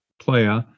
Playa